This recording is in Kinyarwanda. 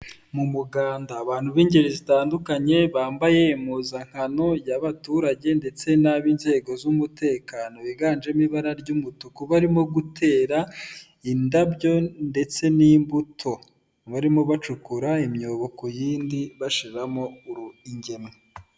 Ni umuganda, abantu b'ingeri zitandukanye bambaye impuzankano y'abaturage ndetse n'ab'inzego z'umutekano, biganjemo ibara ry'umutuku barimo gutera indabyo ndetse n'imbuto, barimo bacukura imyobo ku yindi bashiramo ingemwe.